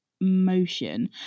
motion